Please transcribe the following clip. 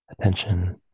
attention